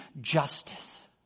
justice